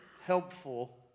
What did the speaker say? helpful